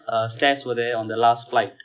uh stairs were there on the last flight